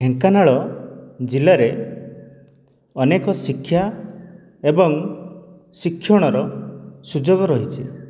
ଢେଙ୍କାନାଳ ଜିଲ୍ଲାରେ ଅନେକ ଶିକ୍ଷା ଏବଂ ଶିକ୍ଷଣର ସୁଯୋଗ ରହିଛି